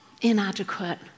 inadequate